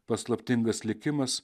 paslaptingas likimas